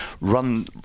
run